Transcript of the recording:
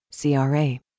CRA